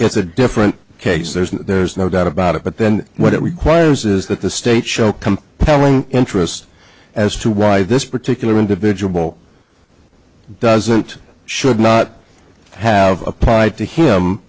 it's a different case there's there's no doubt about it but then what it requires is that the state show compelling interest as to why this particular individual doesn't should not have applied to him